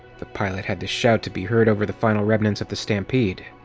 the pilot had to shout to be heard over the final remnants of the stampede.